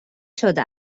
شده